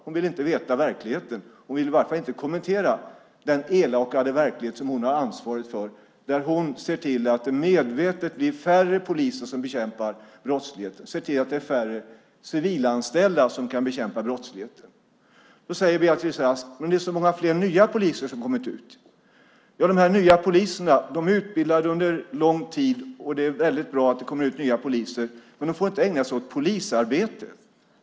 Hon ville inte veta verkligheten. Hon ville i varje fall inte kommentera den elakartade verklighet som hon har ansvaret för, där hon medvetet ser till att det blir färre poliser som bekämpar brottsligheten och ser till att det blir färre civilanställda som kan bekämpa brottsligheten. Beatrice Ask säger att det är så många fler nya poliser som har kommit ut. Dessa nya poliser är utbildade under lång tid, och det är väldigt bra att det kommer ut nya poliser. Men de får inte ägna sig åt polisarbete.